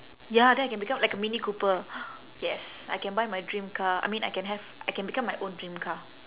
ya then I can become like a mini cooper yes I can buy my dream car I mean I can have I can become my own dream car